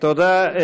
תודה.